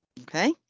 okay